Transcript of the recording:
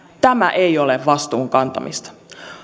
tämä ei ole vastuun kantamista